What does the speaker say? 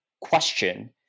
question